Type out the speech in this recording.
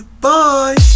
bye